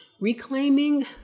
reclaiming